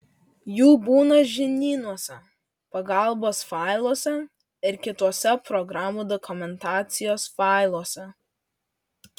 jų būna žinynuose pagalbos failuose ir kituose programų dokumentacijos failuose